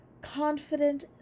confident